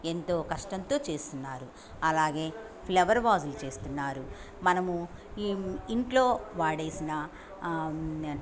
ఎంతో కష్టంతో చేస్తున్నారు అలాగే ఫ్లవర్ వాజ్లు చేస్తున్నారు మనము ఇంట్లో వాడేసిన